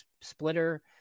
splitter